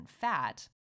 fat